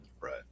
Right